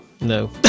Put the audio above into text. no